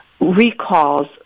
recalls